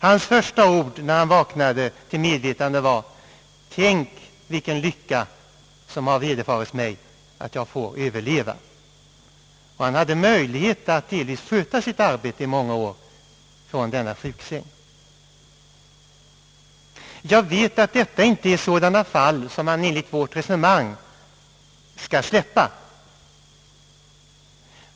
Hans första ord när han vaknade till medvetande var: »Tänk vilken lycka som har vederfarits mig att jag får överleva!» Han hade möjlighet att delvis sköta sitt arbete från sjuksängen. Jag vet att detta inte gäller sådana fall som man enligt vårt resonemang skall släppa.